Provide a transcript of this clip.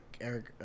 Eric